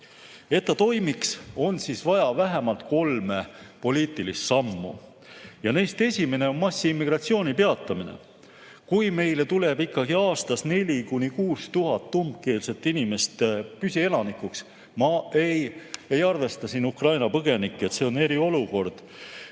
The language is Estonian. Et ta toimiks, on vaja vähemalt kolme poliitilist sammu. Neist esimene on massiimmigratsiooni peatamine. Kui meile tuleb ikkagi aastas 4000–6000 umbkeelset inimest püsielanikuks – ma ei arvesta siin Ukraina põgenikke, see on eriolukord